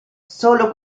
solo